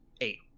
eight